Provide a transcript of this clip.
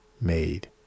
made